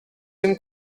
dim